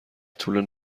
طول